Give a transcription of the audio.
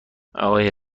آقای